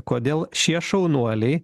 kodėl šie šaunuoliai